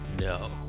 No